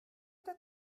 that